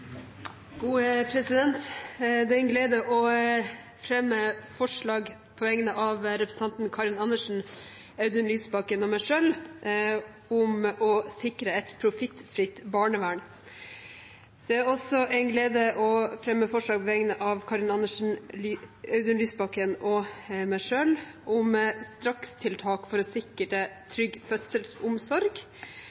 Det er en glede å fremme forslag på vegne av representantene Karin Andersen, Audun Lysbakken og meg selv om å sikre et profittfritt barnevern. Det er også en glede å fremme forslag på vegne av Karin Andersen, Audun Lysbakken og meg selv om strakstiltak for å sikre